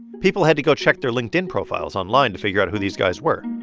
people had to go check their linkedin profiles online to figure out who these guys were